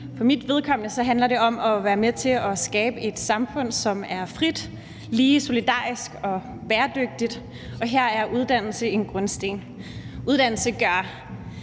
For mit vedkommende handler det om at være med til at skabe et samfund, som er frit, lige, solidarisk og bæredygtigt, og her er uddannelse en grundsten. Uddannelse gør